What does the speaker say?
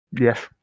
Yes